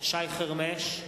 שי חרמש,